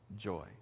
joy